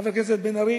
חבר הכנסת בן-ארי,